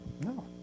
No